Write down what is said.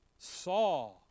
saw